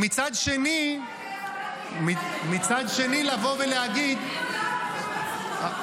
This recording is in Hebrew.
ומצד שני לבוא ולהגיד ------ בסדר,